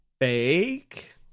Fake